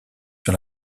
sur